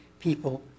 people